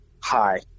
hi